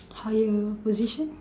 higher position